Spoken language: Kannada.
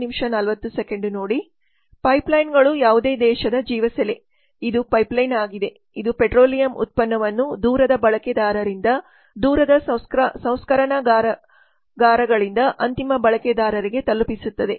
ಪೈಪ್ಲೈನ್ಗಳು ಯಾವುದೇ ದೇಶದ ಜೀವಸೆಲೆ ಇದು ಪೈಪ್ಲೈನ್ ಆಗಿದೆ ಇದು ಪೆಟ್ರೋಲಿಯಂ ಉತ್ಪನ್ನವನ್ನು ದೂರದ ಬಳಕೆದಾರರಿಂದ ದೂರದ ಸಂಸ್ಕರಣಾಗಾರಗಳಿಂದ ಅಂತಿಮ ಬಳಕೆದಾರರಿಗೆ ತಲುಪಿಸುತ್ತದೆ